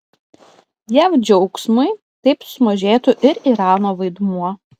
jav džiaugsmui taip sumažėtų ir irano vaidmuo